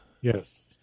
Yes